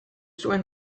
zuen